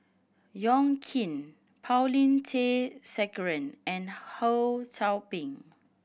Yong Keen Paulin Tay Straughan and Ho Sou Ping